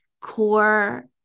core